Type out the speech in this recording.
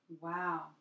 Wow